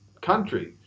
country